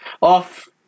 off